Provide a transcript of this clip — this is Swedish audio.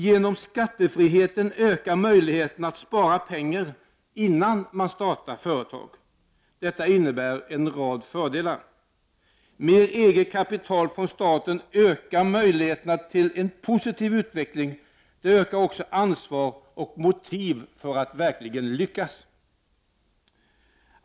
Genom skattefriheten ökar möjligheterna att spara pengar innan man startar företag. Detta innebär en rad fördelar. Med eget kapital från starten ökar möjligheterna till en positiv utveckling och ökar också ansvar och motiv för att verkligen lyckas.